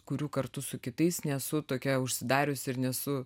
kuriu kartu su kitais nesu tokia užsidariusi ir nesu